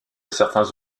certains